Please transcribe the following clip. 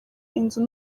inzu